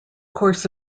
course